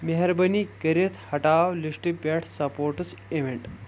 مہربٲنی کٔرِتھ ہٹاو لسٹ پیٹھ سپورٹس اوینٹ